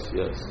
yes